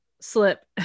slip